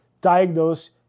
diagnose